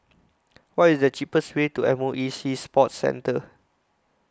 What IS The cheapest Way to M O E Sea Sports Centre